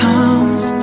Comes